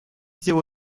делу